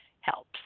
helps